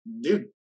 dude